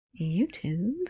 youtube